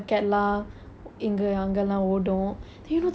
அது பெயரே:athu peyare tuxedo வா:vaa